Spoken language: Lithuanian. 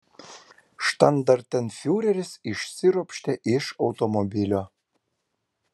štandartenfiureris išsiropštė iš automobilio